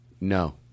No